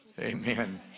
Amen